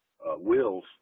Wills